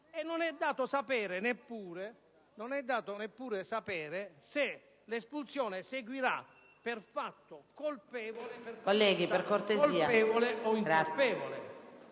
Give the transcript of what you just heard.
e non è neppure dato sapere se l'espulsione seguirà per fatto colpevole o incolpevole.